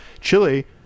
Chile